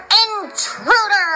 intruder